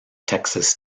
texas